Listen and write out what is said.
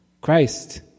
Christ